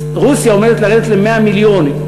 רוסיה עומדת לרדת ל-100 מיליון.